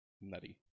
nutty